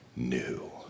new